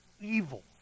evil